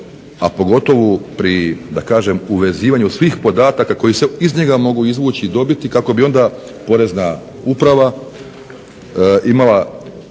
a pogotovo pri uvezivanju svih podataka koji se iz njega mogu izvući i dobiti kako bi onda Porezna uprava imala